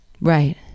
Right